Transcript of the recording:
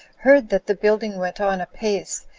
heard that the building went on apace,